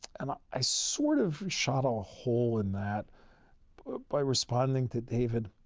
and i i sort of shot a hole in that by responding to david,